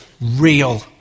real